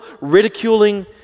ridiculing